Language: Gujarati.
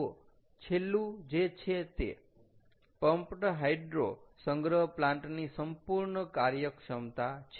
જુઓ છેલ્લું જે છે તે પમ્પ્ડ હાઈડ્રો સંગ્રહ પ્લાન્ટ ની સંપૂર્ણ કાર્યક્ષમતા છે